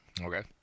Okay